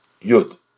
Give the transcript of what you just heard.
Yud